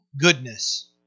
goodness